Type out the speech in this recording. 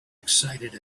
excited